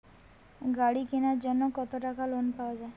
গাড়ি কিনার জন্যে কতো টাকা লোন পাওয়া য়ায়?